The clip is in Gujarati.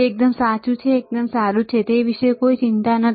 તે એકદમ સાચું છે તે એકદમ સારું છે તે વિશે કોઈ ચિંતા નથી